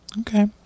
Okay